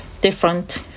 different